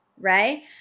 right